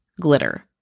glitter